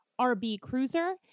RBCruiser